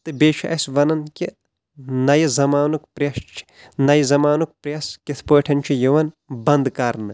تہٕ بییٚہِ چھِ اسہِ ونان کہِ نوِ زمانُک پریٚس چھہ نوِ زمانُک پریٚس کتھ پٲٹھۍ چھُ یِوان بنٛد کرنہٕ